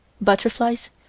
butterflies